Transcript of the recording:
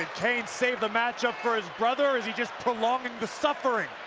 ah kane save the match-up for his brother or is he just prolonging the suffering?